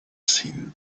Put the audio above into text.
seen